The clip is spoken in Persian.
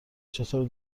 چطور